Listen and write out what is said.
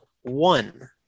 one